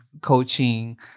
coaching